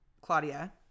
Claudia